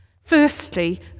firstly